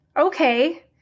Okay